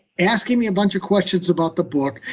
asking me a bunch of questions about the book.